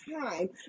time